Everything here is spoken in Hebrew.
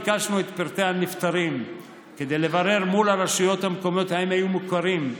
ביקשנו את פרטי הנפטרים כדי לברר מול הרשויות המקומיות אם היו מוכרים,